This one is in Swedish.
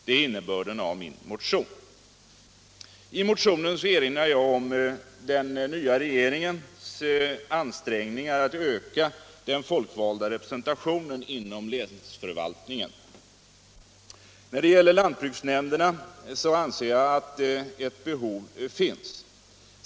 Det är innebörden av min motion. I motionen erinrar jag om den nya regeringens ansträngningar att öka den folkvalda representationen inom länsförvaltningen. När det gäller lantbruksnämnderna anser jag att det finns ett behov.